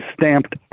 stamped